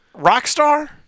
Rockstar